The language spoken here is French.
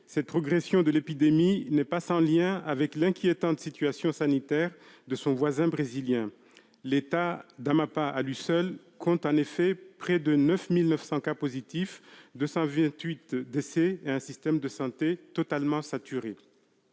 cette progression de l'épidémie n'est pas sans lien avec l'inquiétante situation sanitaire de son voisin brésilien. L'État d'Amapá, à lui seul, compte en effet près de 9 900 cas positifs, 222 décès et un système de santé totalement saturé.